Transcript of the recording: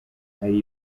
hari